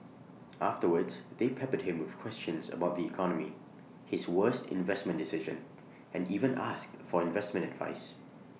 afterwards they peppered him with questions about the economy his worst investment decision and even asked for investment advice